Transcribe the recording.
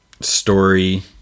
story